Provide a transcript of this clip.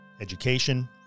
education